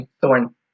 thorn